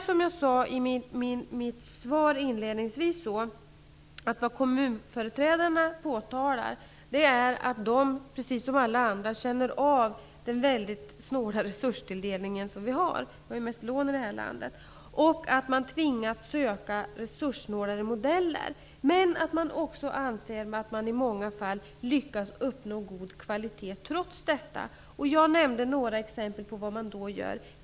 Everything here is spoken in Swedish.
Som jag inledningsvis sade i mitt svar, är det som kommunrepresentanterna påtalar precis det att de som alla andra känner av den väldigt snåla resursfördelningen -- vi har ju mest lån här i landet -- och därför tvingas söka resurssnåla modeller. Men de anser också i många fall att de trots detta lyckats uppnå god kvalitet. Jag nämnde några exempel på vad man då gör.